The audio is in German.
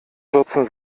vierzehn